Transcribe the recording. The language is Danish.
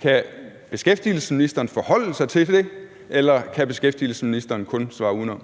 Kan beskæftigelsesministeren forholde sig til det, eller kan beskæftigelsesministeren kun svare udenom?